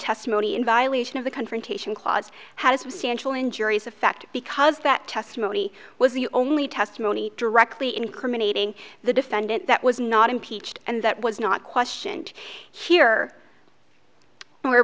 testimony in violation of the confrontation clause has substantial injurious effect because that testimony was the only testimony directly incriminating the defendant that was not impeached and that was not questioned here where